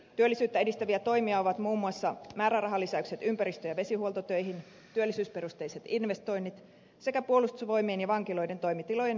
työllisyyttä edistäviä toimia ovat muun muassa määrärahalisäykset ympäristö ja vesihuoltotöihin työllisyysperusteiset investoinnit sekä puolustusvoimien ja vankiloiden toimitilojen korjausavustukset